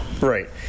Right